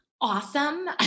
Awesome